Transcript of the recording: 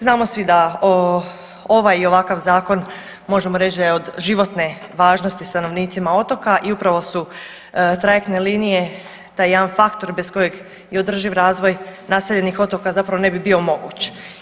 Znamo svi da ovaj i ovakav zakon možemo reći da je od životne važnosti stanovnicima otoka i upravo su trajektne linije taj jedan faktor bez kojeg i održiv razvoj naseljenih otoka zapravo ne bi bio moguć.